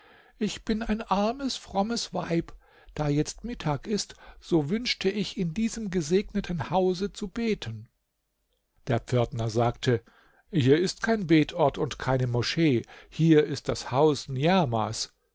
ich bin ein armes frommes weib da jetzt mittag ist so wünschte ich in diesem gesegneten hause zu beten der pförtner sagte hier ist kein betort und keine moschee hier ist das haus